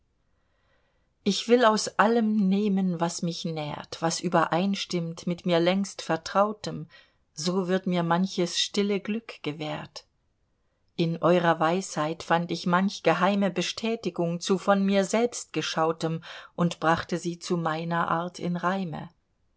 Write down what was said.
ich will aus allem nehmen was mich nährt was übereinstimmt mit mir längst vertrautem so wird mir manches stille glück gewährt in eurer weisheit fand ich manch geheime bestätigung zu von mir selbst geschautem und brachte sie zu meiner art in reime